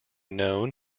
known